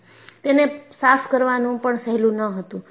તેને સાફ કરવાનું પણ સહેલું ન હતું